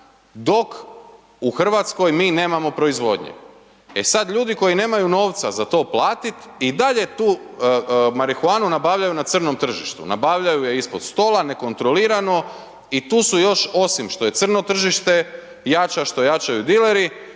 dok u RH mi nemamo proizvodnje. E sad ljudi koji nemaju novca za to platit i dalje tu marihuanu nabavljaju na crnom tržištu, nabavljaju je ispod stola, nekontrolirano i tu su još osim što je crno tržište, jača, što jačaju dileri,